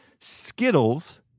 Skittles